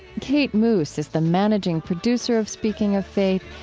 kate moos is the managing producer of speaking of faith.